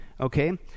Okay